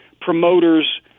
promoters